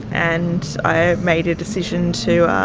and i made a decision to